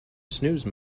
snooze